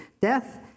Death